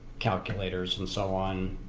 calculators and so on,